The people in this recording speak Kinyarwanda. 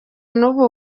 n’ubu